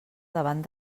davant